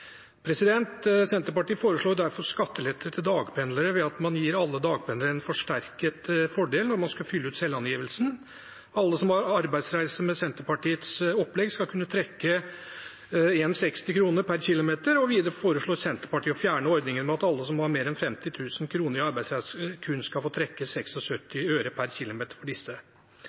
byområdene. Senterpartiet foreslår derfor skattelette til dagpendlere ved at man gir alle dagpendlere en forsterket fordel når man skal fylle ut selvangivelsen. Alle som er arbeidsreisende, skal med Senterpartiets opplegg kunne trekke 1,60 kr per kilometer. Videre foreslår Senterpartiet å fjerne ordningen med at alle som har mer enn 50 000 kr i arbeidsreiser, kun skal få trekke 76 øre per kilometer for disse.